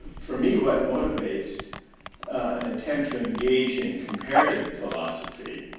for me what motivates an attempt to engage in comparative philosophy